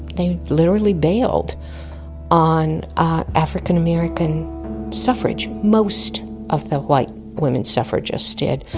they literally bailed on african-american suffrage. most of the white women suffragists did.